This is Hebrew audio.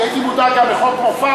כי הייתי מודאג גם לגבי חוק מופז,